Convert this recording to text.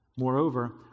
Moreover